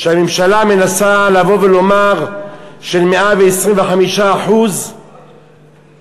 שהממשלה מנסה לבוא ולומר שמעל 125% שזה